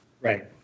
right